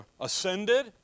ascended